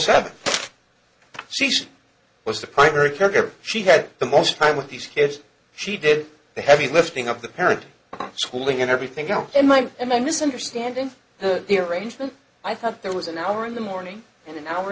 seven she was the primary caregiver she had the most time with these kids she did the heavy lifting of the parenting schooling and everything else and i am i misunderstanding the arrangement i thought there was an hour in the morning and an hour